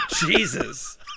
Jesus